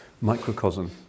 microcosm